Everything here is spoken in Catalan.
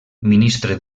ministre